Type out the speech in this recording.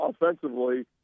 offensively